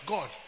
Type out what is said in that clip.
God